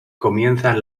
comienzan